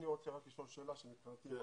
אני רוצה רק לשאול שאלה שמבחינתי היא מהותית.